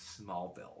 Smallville